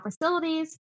facilities